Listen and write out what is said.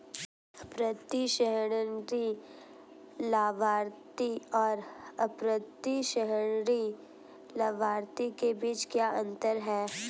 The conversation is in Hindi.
प्रतिसंहरणीय लाभार्थी और अप्रतिसंहरणीय लाभार्थी के बीच क्या अंतर है?